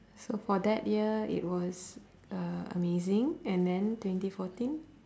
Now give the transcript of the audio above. so for that year it was uh amazing and then twenty fourteen